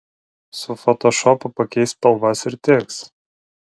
su fotošopu pakeisk spalvas ir tiks